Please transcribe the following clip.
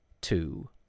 two